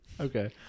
Okay